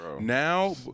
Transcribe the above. Now